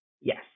yes